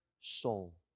soul